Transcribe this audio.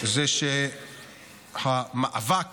זה שהמאבק